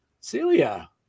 celia